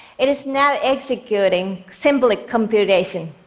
it is now executing symbolic computation.